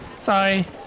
sorry